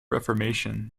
reformation